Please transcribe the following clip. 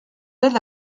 être